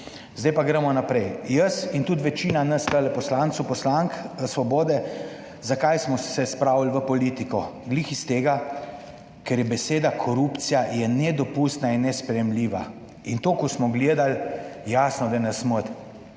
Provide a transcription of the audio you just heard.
Zdaj pa gremo naprej. Jaz in tudi večina nas tu, poslancev, poslank Svobode, zakaj smo se spravili v politiko? Ravno iz tega, ker je beseda korupcija je nedopustna in nesprejemljiva in to, ko smo gledali jasno, da nas moti